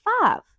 five